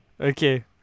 Okay